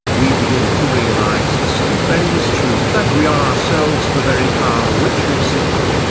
we begin to realise the stupendous truth that we are ourselves the very power which we seek.